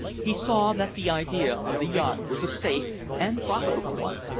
he saw that the idea of the yacht was a safe and profitable one.